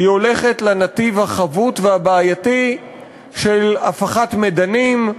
היא הולכת לנתיב החבוט והבעייתי של הפחת מדנים,